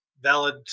valid